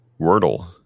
Wordle